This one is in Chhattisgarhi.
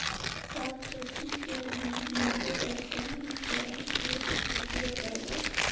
साग खेती के घास निंदे बर कौन उपकरण के उपयोग करबो?